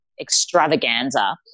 extravaganza